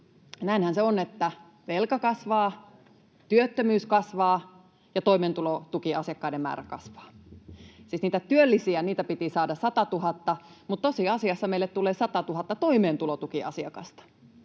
Näinhän se on, että velka kasvaa, työttömyys kasvaa ja toimeentulotukiasiakkaiden määrä kasvaa. Siis niitä työllisiä piti saada 100 000, mutta tosiasiassa meille tulee 100 000 toimeentulotukiasiakasta.